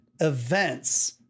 events